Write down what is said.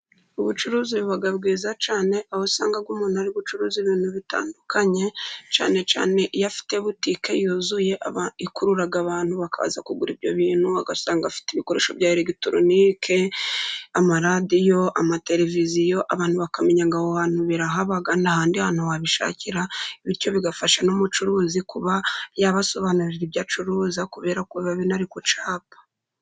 Ubucuruzi buba bwiza cyane, aho usangaga umuntu ari gucuruza ibintu bitandukanye, cyane cyane iyo afite butike yuzuye ikurura abantu bakaza kugura ibyo bintu, ugasanga afite ibikoresho bya eregitoronike. Amaradiyo, amatereviziyo, abantu bakamenya aho hantu birahaba nta ahandi hantu wabishakira bityo bigafasha n'umucuruzi kuba yabasobanurira ibyo acuruza kubera ko ba bina kucapa.